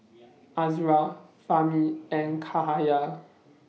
Azura Fahmi and Cahaya